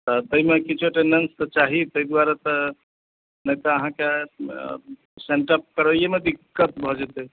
तऽ एहिमे किछु एटेंडेंस चाही ताहि दुआरे त नहि अहाँकें सेंटप करय मे दिक्कत भऽ जायत